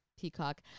Peacock